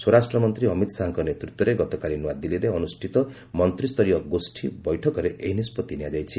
ସ୍ୱରାଷ୍ଟ୍ରମନ୍ତ୍ରୀ ଅମିତ ଶାହାଙ୍କ ନେତୃତ୍ୱରେ ଗତକାଲି ନୂଆଦିଲ୍ଲୀରେ ଅନୁଷ୍ଠିତ ମନ୍ତ୍ରୀ ସ୍ତରୀୟ ଗୋଷ୍ଠୀ ବୈଠକରେ ଏହି ନିଷ୍ପଭି ନିଆଯାଇଛି